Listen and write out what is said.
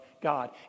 God